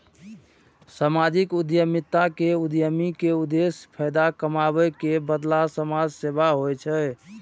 सामाजिक उद्यमिता मे उद्यमी के उद्देश्य फायदा कमाबै के बदला समाज सेवा होइ छै